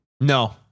No